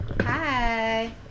Hi